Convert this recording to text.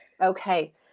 Okay